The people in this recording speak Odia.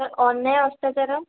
ସାର୍ ଅନ୍ୟାୟ ଅତ୍ୟାଚାର